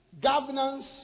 governance